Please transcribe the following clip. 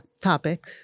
topic